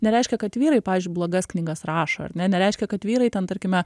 nereiškia kad vyrai pavyzdžiui blogas knygas rašo ar ne nereiškia kad vyrai ten tarkime